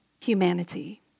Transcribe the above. humanity